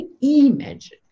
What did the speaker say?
image